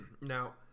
Now